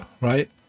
right